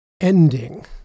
ending